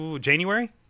January